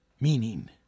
meaning